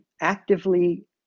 actively